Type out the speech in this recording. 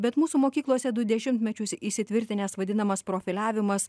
bet mūsų mokyklose du dešimtmečius įsitvirtinęs vadinamas profiliavimas